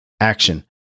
action